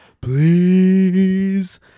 please